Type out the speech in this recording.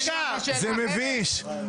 זה מביש.